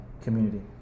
community